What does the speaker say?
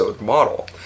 model